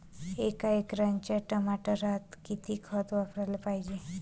एका एकराच्या टमाटरात किती खत वापराले पायजे?